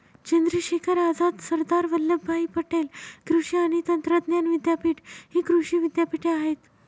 चंद्रशेखर आझाद, सरदार वल्लभभाई पटेल कृषी आणि तंत्रज्ञान विद्यापीठ हि कृषी विद्यापीठे आहेत